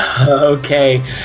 Okay